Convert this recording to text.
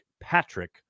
Patrick